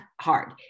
hard